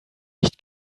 nicht